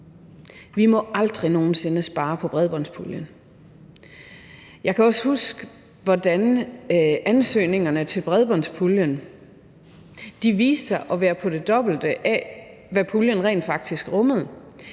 Vi må aldrig nogen sinde spare på bredbåndspuljen. Kl. 16:12 Jeg kan også huske, hvordan ansøgningerne til bredbåndspuljen viste sig at være på det dobbelte af, hvad puljen rent faktisk rummede.